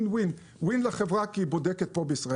זה win-win-win: win לחברה כי היא בודקת פה בישראל,